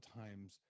times